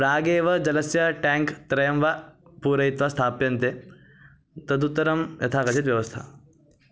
प्रागेव जलस्य टेङ्क् त्रयं वा पूरयित्वा स्थाप्यन्ते तदुत्तरं यथा काचित् व्यवस्था